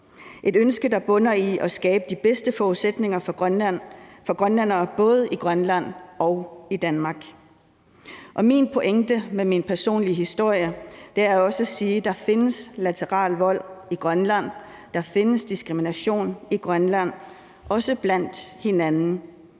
et ønske, der bunder i at skabe de bedste forudsætninger for Grønland, for grønlændere både i Grønland og i Danmark. Min pointe med min personlige historie er også at sige, at der findes lateral vold i Grønland, der findes diskrimination i Grønland, også indbyrdes.